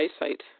eyesight